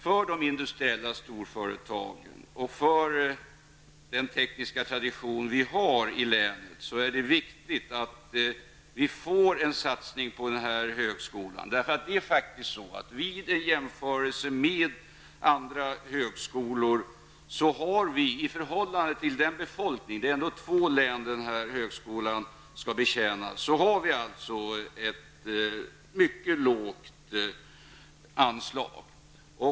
För de industriella storföretagen och för den tekniska tradition som vi har i länet är det viktigt att man satsar på denna högskola. Vid en jämförelse med andra högskolor är det i förhållande till folkmängden -- det är två län högskolan skall betjäna -- ett mycket lågt anslag.